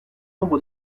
nombre